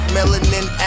Melanin